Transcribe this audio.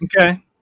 Okay